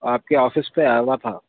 آپ کے آفس پہ آنا تھا